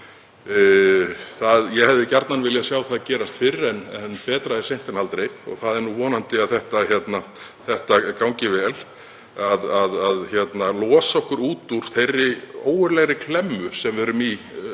Ég hefði gjarnan viljað sjá það gerast fyrr en betra er seint en aldrei og er vonandi að það gangi vel að losa okkur út úr þeirri ógurlegu klemmu sem við erum í